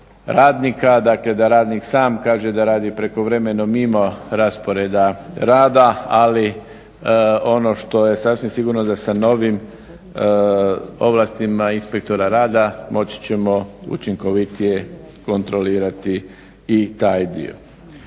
radnika, dakle da radnik sam kaže da radi prekovremeno mimo rasporeda rada. Ali ono što je sasvim sigurno da sa novim ovlastima inspektora rada moći ćemo učinkovitije kontrolirati i taj dio.